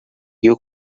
you